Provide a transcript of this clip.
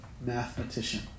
mathematician